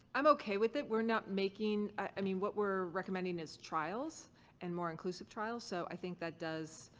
i'm okay with it. we're not making. i mean what we're recommending is trials and more inclusive trials. so i think that does.